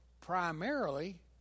primarily